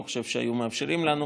אני לא חושב שהיו מאפשר לנו,